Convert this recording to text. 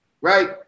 right